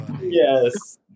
Yes